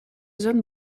zones